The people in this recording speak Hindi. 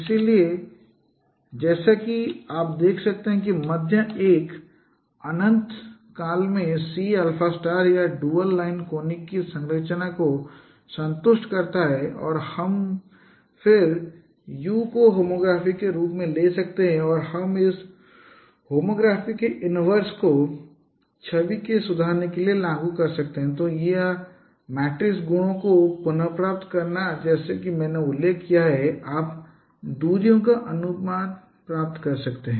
इसलिए जैसा कि आप देखते हैं कि मध्य 1 अनंत काल में C या ड्यूल लाइन कोनिक की संरचना को संतुष्ट करता है और फिर हम U को होमोग्राफी के रूप में ले सकते हैं और हम इस होमोग्राफी के इनवर्स को छवि को सुधारने के लिए लागू कर सकते हैं या मीट्रिक गुणों को पुनर्प्राप्त करना जैसा कि मैंने उल्लेख किया है कि आप दूरियों के अनुपात प्राप्त कर सकते हैं